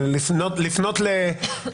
ואם תיתן ליותר מדי גופים גישה